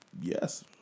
yes